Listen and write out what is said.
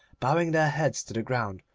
bowing their heads to the ground,